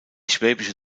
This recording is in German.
schwäbische